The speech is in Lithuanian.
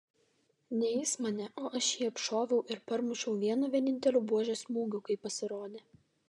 ne jis mane o aš jį apšoviau ir parmušiau vienu vieninteliu buožės smūgiu kai pasirodė